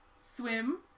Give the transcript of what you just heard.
swim